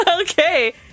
Okay